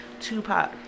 Tupac